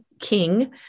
king